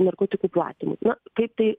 narkotikų platin na kaip tai